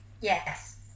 yes